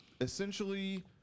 essentially